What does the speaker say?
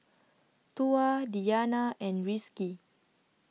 Tuah Diyana and Rizqi